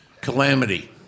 calamity